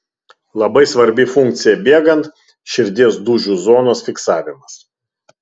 labai svarbi funkcija bėgant širdies dūžių zonos fiksavimas